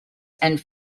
and